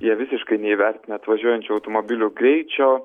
jie visiškai neįvertina atvažiuojančio automobilio greičio